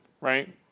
right